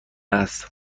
است